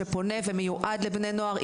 שפונה ומיועד לבני נוער,